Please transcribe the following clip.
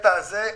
בקטע הזה,